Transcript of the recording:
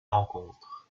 rencontre